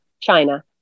China